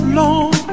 long